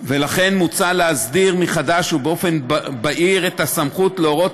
מוצע להסדיר מחדש ובאופן בהיר את הסמכות להורות